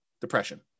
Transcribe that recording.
depression